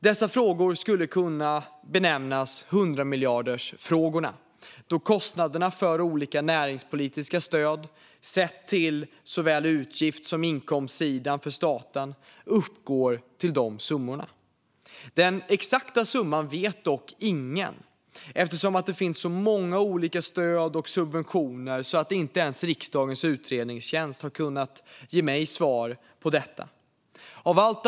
Dessa frågor skulle kunna benämnas 100-miljardersfrågorna då kostnaderna för olika näringspolitiska stöd, sett till såväl utgifts som inkomstsidan för staten, uppgår till de summorna. Den exakta summan vet dock ingen eftersom det finns så många olika stöd och subventioner att inte ens riksdagens utredningstjänst har kunnat ge mig svar när det gäller detta.